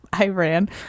iran